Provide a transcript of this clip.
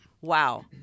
Wow